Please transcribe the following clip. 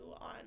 on